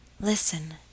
listen